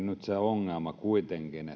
nyt loppupeleissä olla kuitenkin